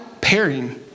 pairing